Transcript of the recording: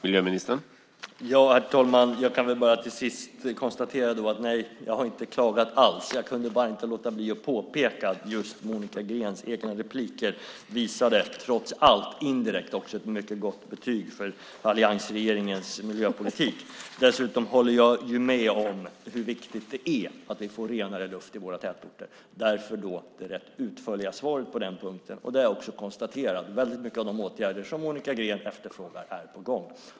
Herr talman! Jag kan bara till sist konstatera att jag inte alls har klagat. Jag kunde bara inte låta bli att påpeka att Monica Greens inlägg trots allt indirekt visade på ett mycket gott betyg på alliansens miljöpolitik. Dessutom håller jag med om hur viktigt det är att vi får renare luft i våra tätorter. Därför gav jag ett rätt utförligt svar på den punkten. Jag konstaterade också att väldigt många av de åtgärder som Monica Green efterfrågar är på gång.